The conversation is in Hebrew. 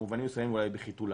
שבמובנים מסוימים עדין בחיתוליו.